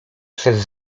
przez